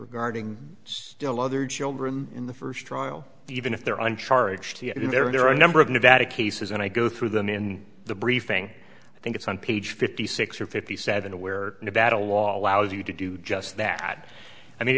regarding still other children in the first trial even if they're on charge there are a number of nevada cases and i go through them in the briefing i think it's on page fifty six or fifty seven a where nevada law allows you to do just that i mean